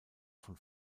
von